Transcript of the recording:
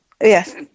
Yes